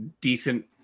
decent